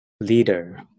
leader